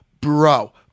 bro